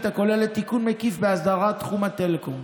הכוללת תיקון מקיף באסדרת תחום הטלקום.